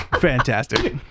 Fantastic